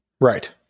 Right